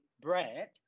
bread